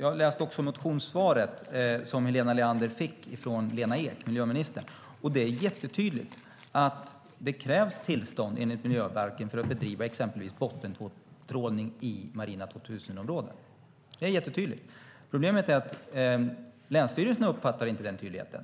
Jag läste också svaret som Helena Leander fick från miljöminister Lena Ek. Det är jättetydligt att det krävs tillstånd enligt miljöbalken för att till exempel bedriva bottentrålning i marina Natura 2000-områden. Det är jättetydligt. Problemet är att länsstyrelserna inte uppfattar den tydligheten.